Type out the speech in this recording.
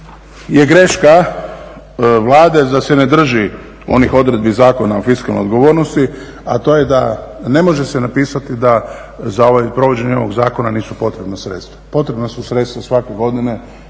greška Vlade da se ne drži onih odredbi Zakona o fiskalnoj odgovornosti, a to je da se ne može napisati da za provođenje ovog zakona nisu potrebna sredstva. Potrebna su sredstva svake godine